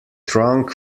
trunk